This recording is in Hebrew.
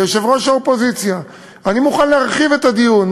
ליושב-ראש האופוזיציה: אני מוכן להרחיב את הדיון,